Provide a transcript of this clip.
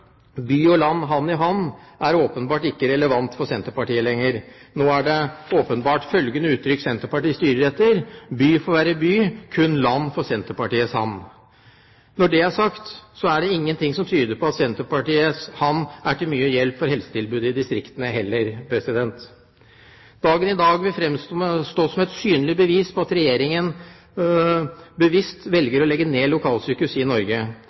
og land, hand i hand» er åpenbart ikke relevant for Senterpartiet lenger. Nå er det åpenbart følgende uttrykk Senterpartiet styrer etter: By får være by, kun land får Senterpartiets hand. Når det er sagt, er det ingenting som tyder på at Senterpartiets hand er til mye hjelp for helsetilbudet i distriktene heller. Dagen i dag vil fremstå som et synlig bevis på at Regjeringen bevisst velger å legge ned lokalsykehus i Norge